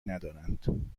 ندارند